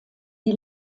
die